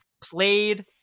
played